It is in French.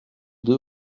deux